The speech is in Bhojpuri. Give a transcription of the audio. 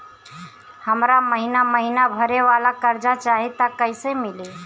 हमरा महिना महीना भरे वाला कर्जा चाही त कईसे मिली?